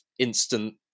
instant